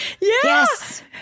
Yes